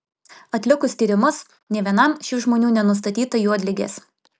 atlikus tyrimus nė vienam šių žmonių nenustatyta juodligės